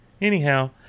Anyhow